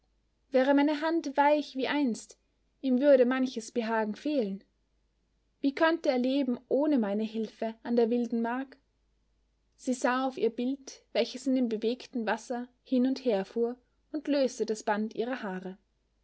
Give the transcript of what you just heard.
wäre meine hand weich wie einst ihm würde manches behagen fehlen wie könnte er leben ohne meine hilfe an der wilden mark sie sah auf ihr bild welches in dem bewegten wasser hin und her fuhr und löste das band ihrer haare